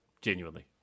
Genuinely